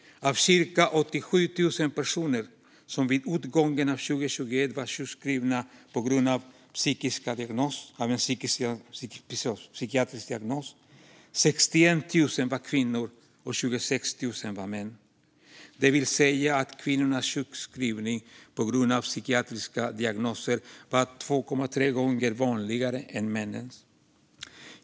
Av cirka 87 000 personer som vid utgången av 2021 var sjukskrivna på grund av en psykiatrisk diagnos var 61 000 kvinnor och 26 000 män. Det vill säga att kvinnornas sjukskrivning på grund av psykiatriska diagnoser var 2,3 gånger vanligare än männens.